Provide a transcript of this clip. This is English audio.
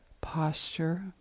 posture